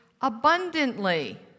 abundantly